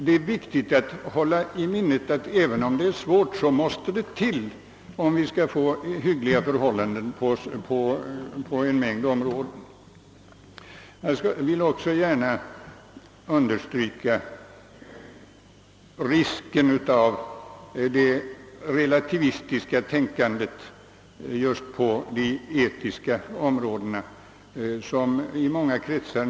Det är emellertid viktigt att hålla i minnet att även sådant, trots att det må vara svårt, måste till om vi skall kunna få hyggliga förhållanden i världen. Jag vill också gärna understryka risken av det relativistiska tänkande just på de etiska områdena, som nu gäller i många kretsar.